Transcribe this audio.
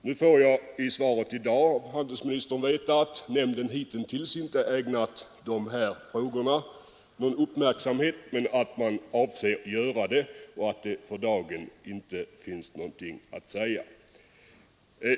Nu fick jag i handelsministerns svar veta att nämnden hittills inte ägnat dessa frågor någon uppmärksamhet men att man avser att göra detta och att det för dagen inte finns någonting att säga.